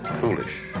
foolish